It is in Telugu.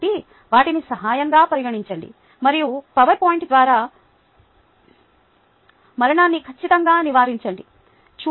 కాబట్టి వాటిని సహాయంగా పరిగణించండి మరియు పవర్ పాయింట్ ద్వారా మరణాన్ని ఖచ్చితంగా నివారించండి